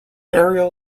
aerial